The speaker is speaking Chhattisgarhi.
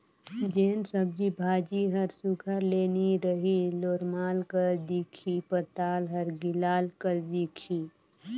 जेन सब्जी भाजी हर सुग्घर ले नी रही लोरमाल कस दिखही पताल हर गिलाल कस दिखही